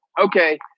Okay